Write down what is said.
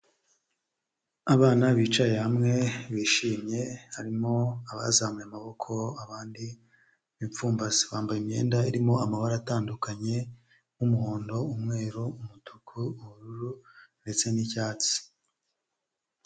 Abana bicaye hamwe bishimye harimo abazamuye amaboko abandi bipfumbase bambaye imyenda irimo amabara atandukanye, nk'umuhondo, umweru, umutuku, ubururu, ndetse n'icyatsi.